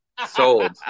Sold